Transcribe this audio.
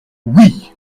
oui